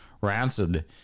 rancid